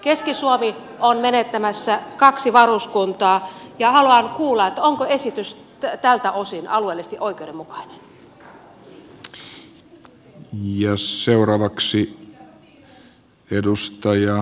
keski suomi on menettämässä kaksi varuskuntaa ja haluan kuulla onko esitys tältä osin alueellisesti oikeudenmukainen